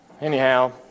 Anyhow